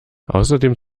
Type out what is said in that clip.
außerdem